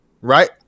right